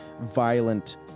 violent